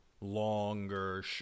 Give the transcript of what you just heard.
longer